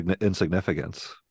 insignificance